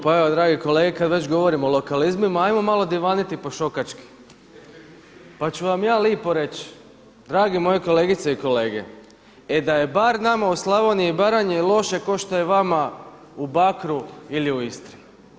Pa evo dragi kolege kada već govorimo o lokalizmima, ajmo malo divaniti po šokački pa ću vam ja lipo reć drage moje kolegice i kolege, e da je bar nama u Slavoniji i Baranji loše kao što je vama u Bakru ili u Istri.